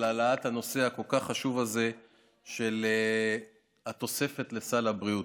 העלאת הנושא הכל-כך חשוב הזה של התוספת לסל הבריאות,